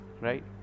Right